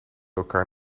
elkaar